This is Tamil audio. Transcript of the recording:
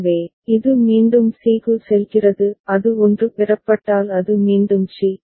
எனவே இது மீண்டும் c க்கு செல்கிறது அது 1 பெறப்பட்டால் அது மீண்டும் சி